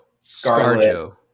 Scarjo